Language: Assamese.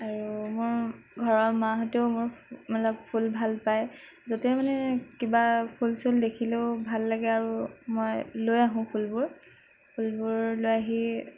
আৰু মোৰ ঘৰৰ মাহঁতেও মোৰ মতলব ফুল ভাল পায় য'তেই মানে কিবা ফুল চুল দেখিলেও ভাল লাগে আৰু মই লৈ আহোঁ ফুলবোৰ ফুলবোৰ লৈ আহি